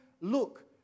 look